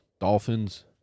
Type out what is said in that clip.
Dolphins